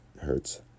hurts